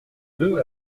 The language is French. deux